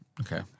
Okay